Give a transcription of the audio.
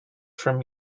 from